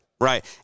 Right